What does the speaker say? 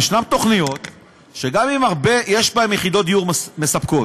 יש תוכניות שגם אם יש בהן יחידות דיור מספקות,